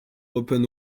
open